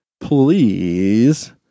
Please